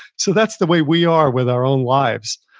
so that's the way we are with our own lives.